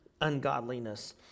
ungodliness